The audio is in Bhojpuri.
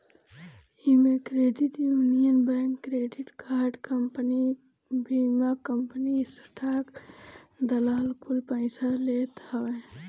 इमे credit union bank, credit card company, बीमा कंपनी, स्टाक दलाल कुल पइसा देत हवे